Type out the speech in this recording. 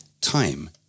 time